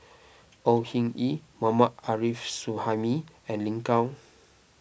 Au Hing Yee Mohammad Arif Suhaimi and Lin Gao